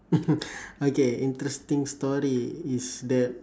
okay interesting story is the